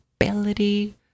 ability